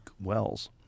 wells